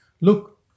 Look